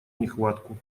нехватку